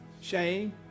shame